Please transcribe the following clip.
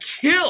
kill